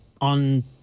on